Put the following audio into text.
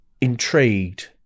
intrigued